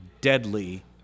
deadly